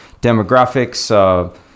demographics